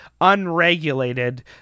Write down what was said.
unregulated